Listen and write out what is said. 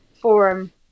forum